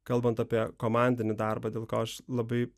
kalbant apie komandinį darbą dėl ko aš labai